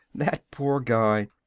that poor guy,